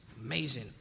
amazing